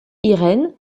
irène